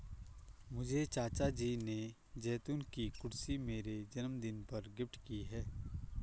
मुझे चाचा जी ने जैतून की कुर्सी मेरे जन्मदिन पर गिफ्ट की है